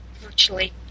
virtually